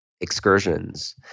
excursions